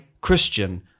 Christian